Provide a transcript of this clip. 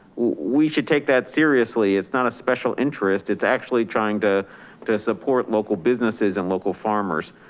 we should take that seriously, it's not a special interest. it's actually trying to to support local businesses and local farmers.